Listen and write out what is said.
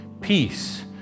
peace